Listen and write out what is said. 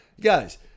Guys